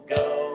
go